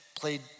Played